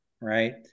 right